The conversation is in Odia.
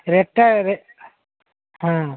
ରେଟ୍ଟାରେ ହଁ